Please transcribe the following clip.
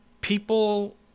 people